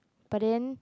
but then